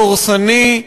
דורסני,